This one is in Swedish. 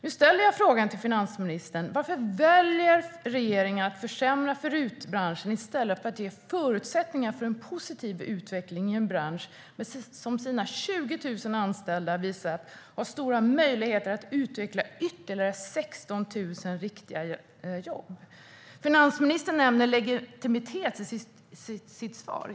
Nu ställer jag frågan till finansministern: Varför väljer regeringen att försämra för RUT-branschen i stället för att ge förutsättningar för en positiv utveckling i en bransch som med sina 20 000 anställda visar att den har stora möjligheter att utveckla ytterligare 16 000 riktiga jobb? Finansministern nämner legitimitet i sitt svar.